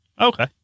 okay